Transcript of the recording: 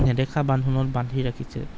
নেদেখা বান্ধোনত বান্ধি ৰাখিছে